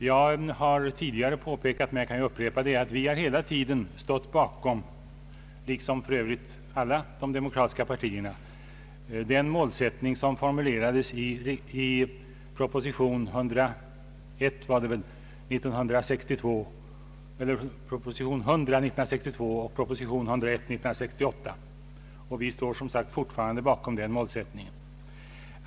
Jag har tidigare påpekat, men jag kan ju upprepa det, att vi hela tiden har stått bakom — liksom för övrigt alla de demokratiska partierna — den målsättning som formulerades i proposition 100 år 1962 och proposition 101 år 1968. Vi står fortfarande bakom den målsättningen.